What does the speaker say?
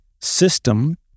system